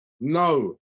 no